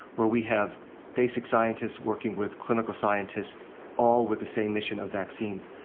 where we have basic scientists working with clinical scientists all with the same mission of vaccines.